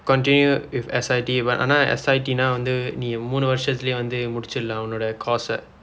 continue with S_I_T but ஆனா:aanaa S_I_T வந்து நீ மூனு வருடத்திலயே வந்து முடித்திடலாம் உன்னுடைய:vandthu nii muunu varudaththileeyee vandthu mudiththidalaam unnudaiya course